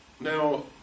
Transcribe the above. Now